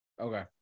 Okay